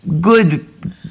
good